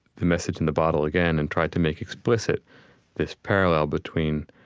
the message in the bottle again and tried to make explicit this parallel between